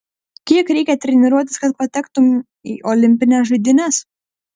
kiek reikia treniruotis kad patektumei į olimpines žaidynes